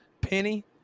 Penny